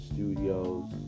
Studios